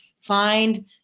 find